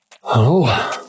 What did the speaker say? Hello